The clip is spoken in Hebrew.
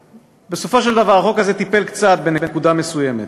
ובסופו של דבר החוק הזה טיפל קצת, בנקודה מסוימת.